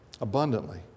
abundantly